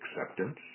acceptance